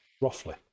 roughly